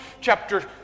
chapter